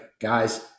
guys